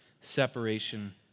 separation